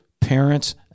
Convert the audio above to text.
parents